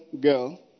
girl